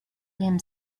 him